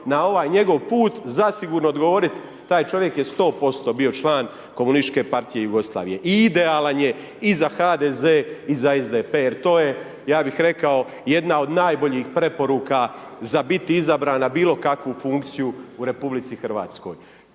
na ovaj njegov put, zasigurno odgovoriti, taj čovjek je 100% bio član komunističke partije Jugoslavije. I idealan je i za HDZ i za SDP jer to je ja bi rekao jedan od najboljih preporuka za biti izabran na bilo kakvu funkciju u RH. Jasno